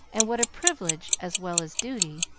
and what a privilege, as well as duty,